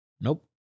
Nope